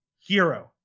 hero